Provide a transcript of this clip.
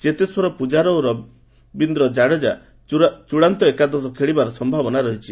ଚେତେଶ୍ୱର ପ୍ରଜାରା ଓ ରବୀନ୍ଦ୍ର ଜାଡେଜା ଚୂଡ଼ାନ୍ତ ଏକାଦଶରେ ଖେଳିବାର ସମ୍ଭାବନା ରହିଛି